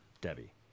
Debbie